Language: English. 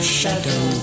shadow